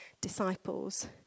disciples